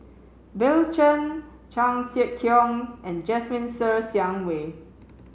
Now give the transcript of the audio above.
Bill Chen Chan Sek Keong and Jasmine Ser Xiang Wei